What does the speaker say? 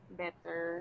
better